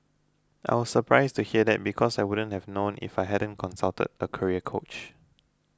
I was surprised to hear that because I wouldn't have known if I hadn't consulted the career coach